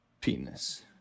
penis